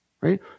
right